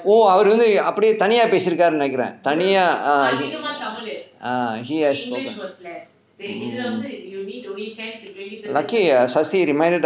oh அவர் வந்து அப்படி தனியா பேசிருக்கார் நினைக்கிறேன் தனியா:avar vanthu appadi thaniyaa pesirukkaar ninaikiren thaniyaa err he has mm lucky ah sasi